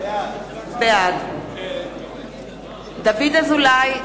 בעד דוד אזולאי,